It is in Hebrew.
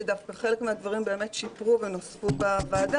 שדווקא חלק מהדברים באמת שיפרו ונוספו בוועדה,